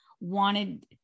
wanted